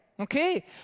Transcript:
okay